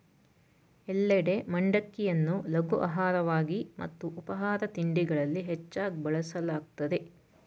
ಎಲ್ಲೆಡೆ ಮಂಡಕ್ಕಿಯನ್ನು ಲಘು ಆಹಾರವಾಗಿ ಮತ್ತು ಉಪಾಹಾರ ತಿಂಡಿಗಳಲ್ಲಿ ಹೆಚ್ಚಾಗ್ ಬಳಸಲಾಗ್ತದೆ